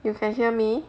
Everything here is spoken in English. you can hear me